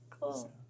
Cool